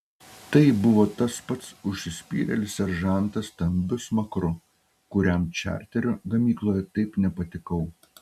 tai buvo tas pats užsispyrėlis seržantas stambiu smakru kuriam čarterio gamykloje taip nepatikau